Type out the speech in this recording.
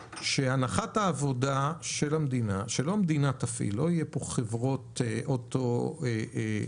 שהנחת המדינה שלא המדינה תפעיל לא יהיו חברות מדינתיות